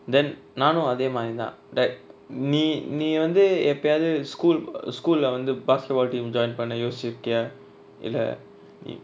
then நானு அதேமாரிதா:naanu athemaritha that நீ நீ வந்து எப்பயாவது:nee nee vanthu eppayaavathu school uh school lah வந்து:vanthu basketball team joint பன்ன யோசிச்சிருக்கியா இல்ல நீ:panna yosichirukkiya illa nee